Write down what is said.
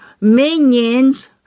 minions